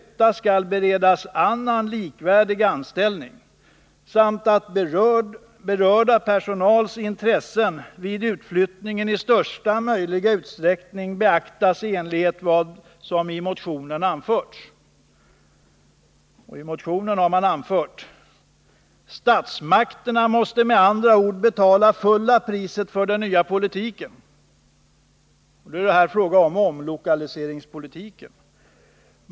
Klämmen lyder: I motionen har man anfört: ”Statsmakterna måste med andra ord betala fulla priset för den nya politiken.” I det här fallet var det fråga om omlokaliseringspolitiken.